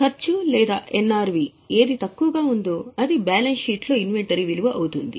ఖర్చు లేదా ఎన్ఆర్వి ఏది తక్కువగా ఉందో అది బ్యాలెన్స్ షీట్ లో ఇన్వెంటరీ విలువ అవుతుంది